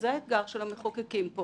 בשביל 200 השקלים האלה אני עכשיו אתבע אותו?